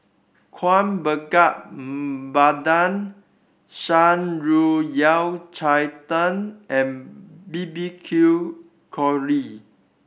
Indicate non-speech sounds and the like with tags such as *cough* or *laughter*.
Kuih Bakar Pandan Shan Rui Yao Cai Tang and B B Q *unintelligible*